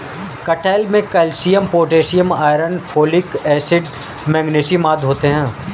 कटहल में calcium potassium iron folic acid magnesium आदि होते हैं